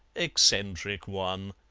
eccentric one!